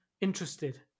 interested